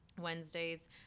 Wednesdays